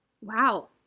Wow